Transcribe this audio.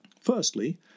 Firstly